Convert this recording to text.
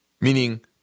meaning